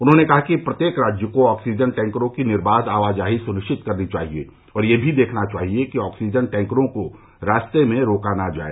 उन्होंने कहा कि प्रत्येक राज्य को ऑक्सीजन टैंकरों की निर्बाघ आवाजाही सुनिश्चित करनी चाहिए और यह भी देखना चाहिए कि ऑक्सीजन टैंकरों को रास्ते में रोका न जाए